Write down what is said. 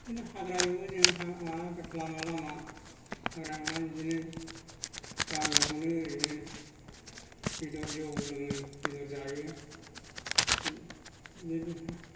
बिदिनो हाग्रा एउवो जों लामा लामा हाग्रा एउना बिदिनो गामियावनो ओरैनो बेदर जौ लोङो बेदर जायो